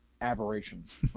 aberrations